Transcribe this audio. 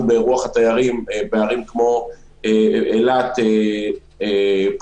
באירוח התיירים בערים כמו אילת פועלים,